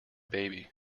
baby